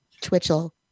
twitchell